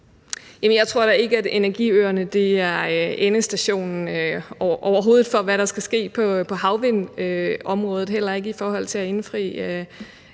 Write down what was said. ikke, at energiøerne er endestationen for, hvad der skal ske på havvindområdet, heller ikke i forhold til at indfri